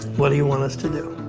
what do you want us to do?